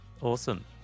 Awesome